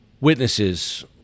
witnesses